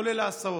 כולל ההסעות.